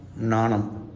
Nanam